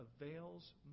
avails